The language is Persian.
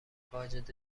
واجد